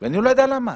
ואני לא יודע מה יהיה.